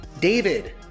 David